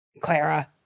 Clara